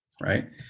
Right